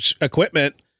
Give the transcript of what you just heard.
equipment